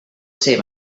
ser